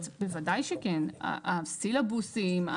סילבוסים.